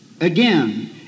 again